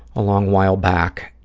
a long while back,